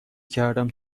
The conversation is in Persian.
کردم